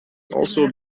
also